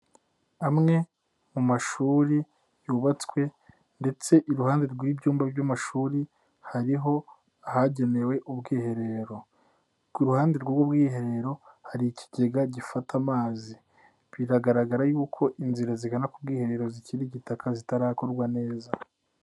Amwe mu mashuri yubatswe ndetse iruhande rw'ibyumba by'amashuri, hariho ahagenewe ubwiherero. Ku ruhande rw'ubwo bwiherero, hari ikigega gifata amazi. Biragaragara yuko inzira zigana ku bwiherero zikirigitaka, zitarakorwa neza.